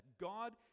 God